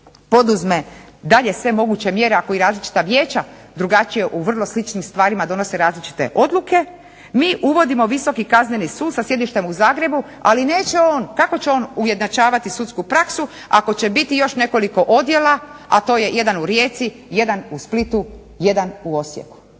poduzme dalje sve moguće mjere ako i različita vijeća drugačije u vrlo sličnim stvarima donose različite odluke, mi uvodimo visoko kazneni sud sa sjedištem u Zagrebu ali neće on, kako će on ujednačavati sudsku praksu ako će biti još nekoliko odjela, a to je jedan u Rijeci, jedan u Splitu, jedan u Osijeku.